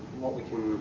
what we can, ah,